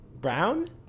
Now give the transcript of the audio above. Brown